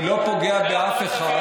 אני לא פוגע באף אחד,